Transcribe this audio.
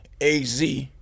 AZ